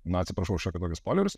na atsiprašau šiokio tokio spoilerius